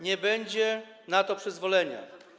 Nie będzie na to przyzwolenia.